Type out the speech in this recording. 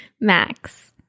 Max